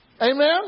Amen